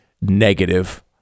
negative